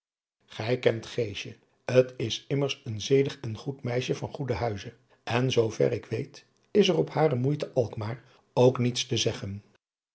gij kent geesje t is immers een zedig en goed meisje en van goeden huize en zoo ver ik weet is er op hare moei te alkmaar ook niets te zeggen